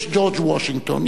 יש ג'ורג' וושינגטון,